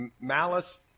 malice